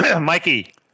Mikey